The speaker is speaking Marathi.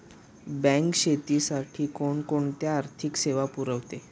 बँक शेतीसाठी कोणकोणत्या आर्थिक सेवा पुरवते?